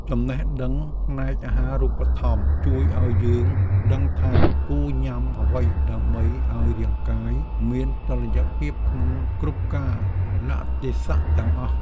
ចំណេះដឹងផ្នែកអាហារូបត្ថម្ភជួយឱ្យយើងដឹងថាគួរញ៉ាំអ្វីដើម្បីឱ្យរាងកាយមានតុល្យភាពក្នុងគ្រប់កាលៈទេសៈទាំងអស់។